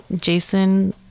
Jason